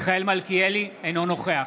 מלכיאלי, אינו נוכח